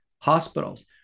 hospitals